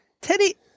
Teddy